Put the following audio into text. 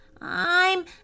I'm